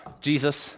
Jesus